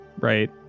Right